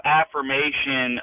affirmation